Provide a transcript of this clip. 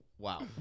Wow